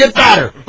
and patter